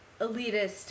elitist